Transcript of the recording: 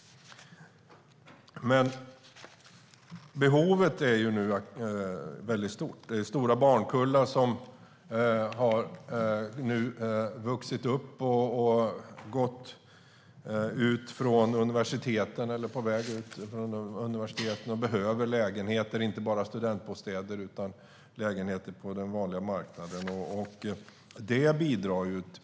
Behovet är väldigt stort nu. Det är stora barnkullar som nu har vuxit upp och gått ut från universiteten eller är på väg att göra det. De behöver lägenheter - inte bara studentbostäder utan lägenheter på den vanliga marknaden.